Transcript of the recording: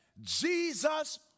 Jesus